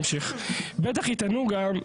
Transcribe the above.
בטח יטענו גם,